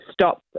stop